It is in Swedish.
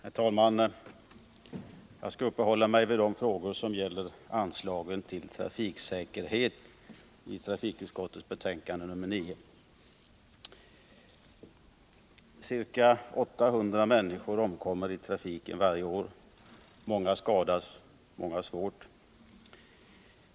Herr talman! Jag skall uppehålla mig vid de frågor i trafikutskottets betänkande nr 9 som gäller anslagen till trafiksäkerheten. Ca 800 människor omkommer i trafiken varje år. Många skadas — flera av dem svårt.